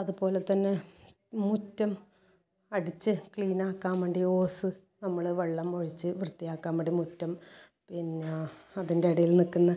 അതുപോലെ തന്നെ മുറ്റം അടിച്ച് ക്ലീൻ ആക്കാൻ വേണ്ടി ഓസ് നമ്മൾ വെള്ളം ഒഴിച്ച് വൃത്തിയാക്കാൻ വേണ്ടി മുറ്റം പിന്നെ അതിൻ്റെ ഇടയിൽ നിൽക്കുന്ന